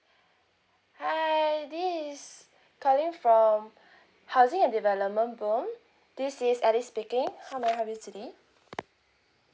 hi this is calling from housing and development board this is Elly speaking how may I help you today